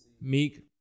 Meek